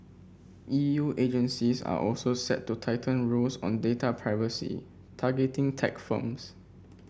E U agencies are also set to tighten rules on data privacy targeting tech firms